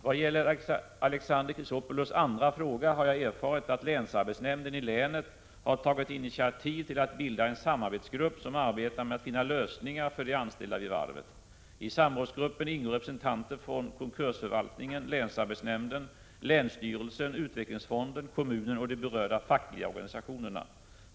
Vad gäller Alexander Chrisopoulos andra fråga har jag erfarit att länsarbetsnämnden i länet har tagit initiativ till att bilda en samarbetsgrupp som arbetar med att finna lösningar för de anställda vid varvet. I samrådsgruppen ingår representanter från konkursförvaltningen, länsarbetsnämnden, länsstyrelsen, utvecklingsfonden, kommunen och de berörda fackliga organisationerna.